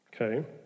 okay